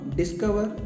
discover